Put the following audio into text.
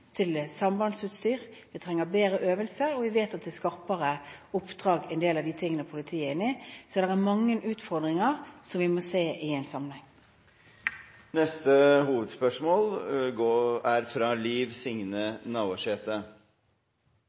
sambandsutstyr. Vi trenger bedre øvelser – vi vet at politiet er inne i skarpe oppdrag. Så det er mange utfordringer som vi må se i en sammenheng. Vi går da til neste hovedspørsmål. Mitt hovudspørsmål til statsministeren er